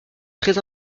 très